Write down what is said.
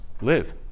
live